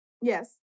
Yes